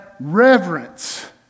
reverence